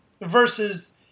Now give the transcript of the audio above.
Versus